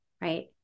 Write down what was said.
right